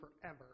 forever